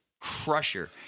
crusher